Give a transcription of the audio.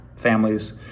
families